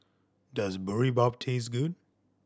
does Boribap taste good